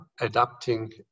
adapting